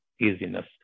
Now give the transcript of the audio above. easiness